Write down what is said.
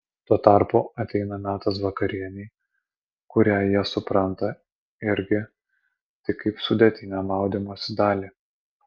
tuo tarpu ateina metas vakarienei kurią jie supranta irgi tik kaip sudėtinę maudymosi dalį